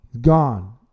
Gone